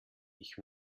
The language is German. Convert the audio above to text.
ich